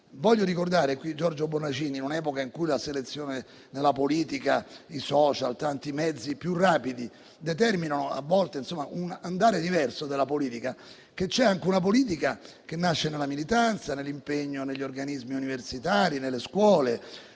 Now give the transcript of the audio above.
Voglio ricordare qui Giorgio Bornacin, in un'epoca in cui la selezione nella politica e i *social*, tanti mezzi più rapidi, determinano a volte un andare diverso della politica. Ma c'è anche una politica che nasce nella militanza, nell'impegno negli organismi universitari e nelle scuole,